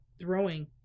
throwing